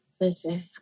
Listen